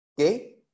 Okay